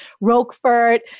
Roquefort